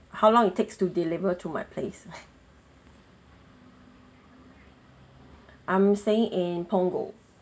how long it takes to deliver to my place I'm staying in punggol